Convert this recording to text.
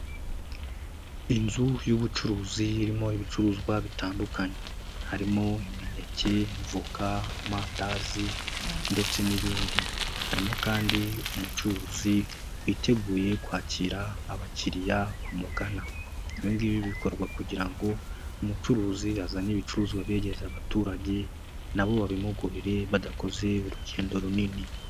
Inzu y'ubucuruzi irimo ibicuruzwa bitandukanye, harimo imineke, voka, amandazi ndetse n'ibindi, harimo kandi umucuruzi witeguye kwakira abakiriya bamugana, ibingibi bikorwa kugira ngo umucuruzi azane ibicuruzwa abyegereze abaturage, nabo babimugurire badakoze urugendo runini.